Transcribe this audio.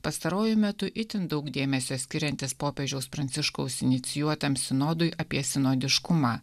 pastaruoju metu itin daug dėmesio skiriantis popiežiaus pranciškaus inicijuotam sinodui apie sinodiškumą